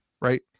right